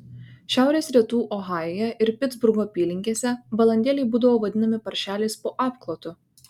šiaurės rytų ohajuje ir pitsburgo apylinkėse balandėliai būdavo vadinami paršeliais po apklotu